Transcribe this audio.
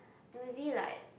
maybe like